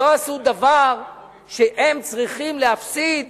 לא עשו דבר שבגללו הם צריכים להפסיד